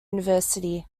university